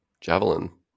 Javelin